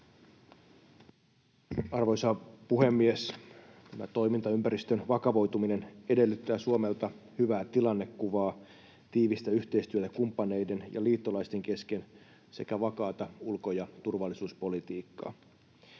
Arvoisa puhemies! Tämä toimintaympäristön vakavoituminen edellyttää Suomelta hyvää tilannekuvaa, tiivistä yhteistyötä kumppaneiden ja liittolaisten kesken sekä vakaata ulko- ja turvallisuuspolitiikkaa.